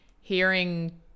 hearing-